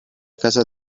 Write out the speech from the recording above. casa